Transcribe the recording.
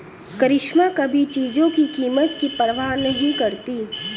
करिश्मा कभी चीजों की कीमत की परवाह नहीं करती